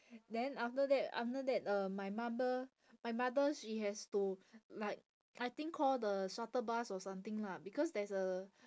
then after that after that uh my mother my mother she has to like I think call the shuttle bus or something lah because there's a